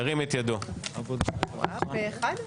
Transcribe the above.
מי נגד?